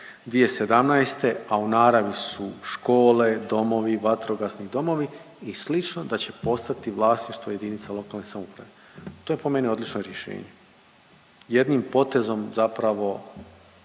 1.1.2017., a u naravi su škole, domovi, vatrogasni domovi i slično da će postati vlasništvo JLS. To je po meni odlično rješenje, jednim potezom zapravo